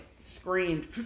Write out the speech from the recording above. screamed